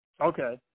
Okay